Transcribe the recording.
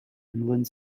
inland